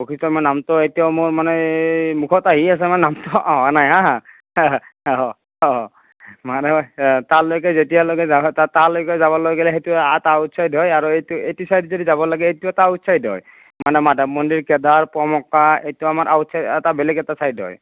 বশিষ্ট মানে নামটো এতিয়াও মোৰ মানে এই মুখত আহি আছে মানে নামটো অহা নাই হা মানে তাৰলৈকে যেতিয়ালৈকে তাৰলৈকে যাবলৈ গ'লে সেইটো এটা আউট চাইড হয় আৰু এইটো এইটো চাইড যদি যাব লাগে এইটো এটা আউট চাইড হয় মানে মাধৱ মন্দিৰ কেদাৰ পোৱামক্কা এইটো আমাৰ আউট চাইড এটা বেলেগ এটা চাইড মানে বেলেগ এটা চাইড হয়